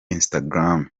instagram